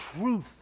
truth